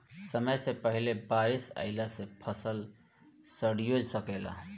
समय से पहिले बारिस अइला से फसल सडिओ सकेला